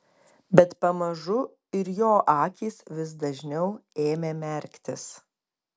bet pamažu ir jo akys vis dažniau ėmė merktis